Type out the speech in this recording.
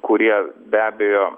kurie be abejo